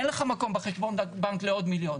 אין לך מקום בחשבון בנק לעוד מיליון'.